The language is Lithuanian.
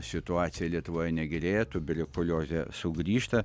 situacija lietuvoje negerėja tuberkuliozė sugrįžta